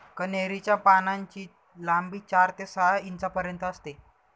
कन्हेरी च्या पानांची लांबी चार ते सहा इंचापर्यंत असते